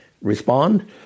respond